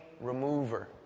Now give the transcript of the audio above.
remover